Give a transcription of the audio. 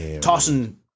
tossing